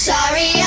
Sorry